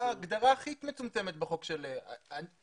ההגדרה הכי מצמצמת של עולים.